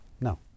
no